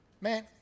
Man